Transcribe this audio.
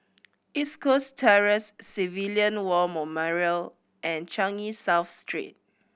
East Coast Terrace Civilian War Memorial and Changi South Street